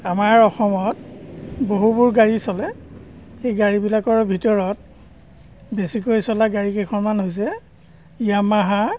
আমাৰ অসমত বহুবোৰ গাড়ী চলে সেই গাড়ীবিলাকৰ ভিতৰত বেছিকৈ চলা গাড়ী কেইখনমান হৈছে ইয়ামাহা